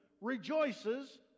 rejoices